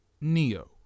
Neo